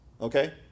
okay